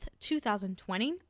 2020